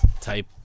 type